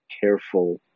careful